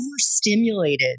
overstimulated